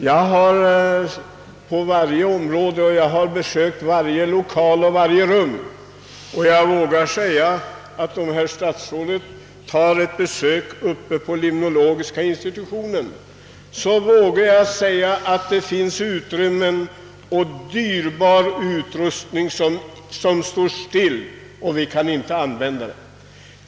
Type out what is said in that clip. Jag har besökt varje institutionslokal och varje rum och vågar därför påstå att herr statsrådet, om han gör ett besök på limnologiska institutionen, skall upptäcka att det finns utrymmen och dyrbar utrustning som står outnyttjade.